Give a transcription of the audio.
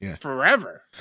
forever